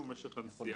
ומשך הנסיעה.